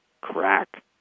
crack